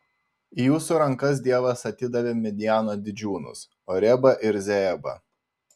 į jūsų rankas dievas atidavė midjano didžiūnus orebą ir zeebą